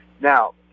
Now